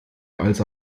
als